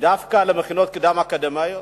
דווקא למכינות קדם-אקדמיות,